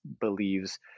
believes